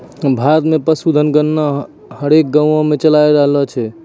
भारत मे पशुधन गणना हरेक गाँवो मे चालाय रहलो छै